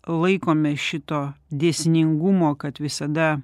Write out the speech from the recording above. laikomės šito dėsningumo kad visada